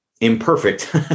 imperfect